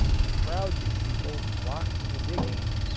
and crowds of people flocked to the diggings.